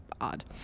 odd